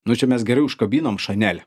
nu čia mes gerai užkabinom chanel